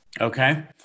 Okay